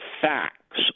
facts